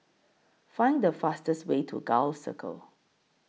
Find The fastest Way to Gul Circle